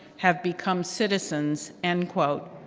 have become citizens, end quote,